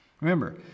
Remember